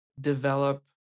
develop